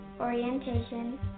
orientation